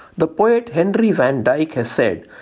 the poet henry van dyke has said,